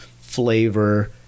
flavor